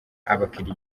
abakiriya